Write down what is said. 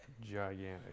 Gigantic